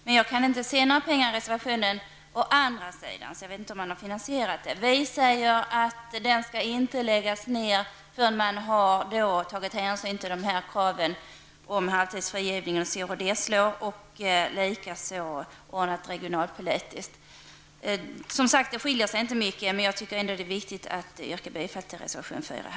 Men jag kan inte se några pengar nämnas i reservationen, så jag vet inte hur man har finansierat detta. Vi säger att anstalten inte skall läggas ned förrän man har tagit hänsyn till kraven om halvtidsfrigivningen och sett hur de slår och ordnat den regionalpolitiska situationen. Reservationerna skiljer sig som sagt inte mycket, men jag tycker att det är viktigt att yrka bifall till reservation 4.